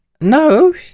no